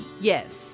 yes